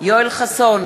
יואל חסון,